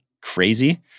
crazy